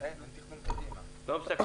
אני חושב שבדברים האלה אסור להיות מופתע,